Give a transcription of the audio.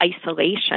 isolation